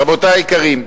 רבותי היקרים,